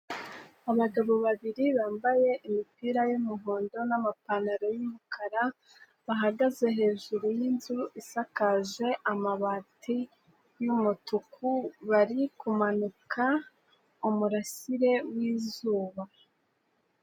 Abagabo babiri bambaye imipira y'umuhondo n'amapantaro y'umukara bahagaze hejuru y'inzu isakaje amabati y'umutuku bari kumanika umurasire w'izuba.